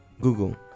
Google